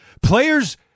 Players